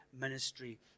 ministry